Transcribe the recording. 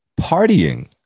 Partying